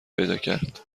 پیداکرد